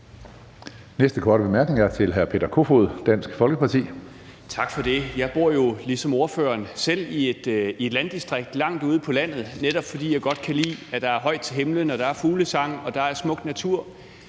Næste korte bemærkning er til hr. Peter Kofod, Dansk Folkeparti. Kl. 11:48 Peter Kofod (DF): Tak for det. Jeg bor jo ligesom ordføreren selv i et landdistrikt langt ude på landet, netop fordi jeg godt kan lide, at der er højt til himlen og fuglesang og smuk natur.